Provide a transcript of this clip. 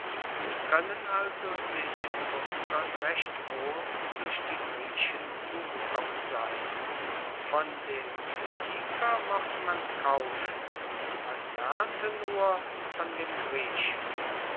und koennen also den etruskern recht wohl durch die griechen zugekommen sein von dem phoeniker mochte man kaufen man lernte nur von dem griechen